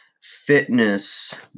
fitness